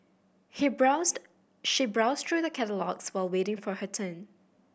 he browsed she browsed through the catalogues while waiting for her turn